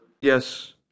Yes